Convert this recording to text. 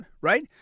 right